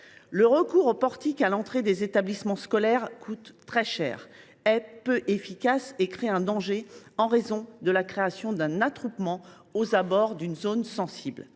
Le recours aux portiques à l’entrée des établissements scolaires coûterait très cher, serait peu efficace et créerait un danger en raison de la formation d’un attroupement aux abords d’une zone sensible.